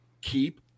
keep